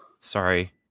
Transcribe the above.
Sorry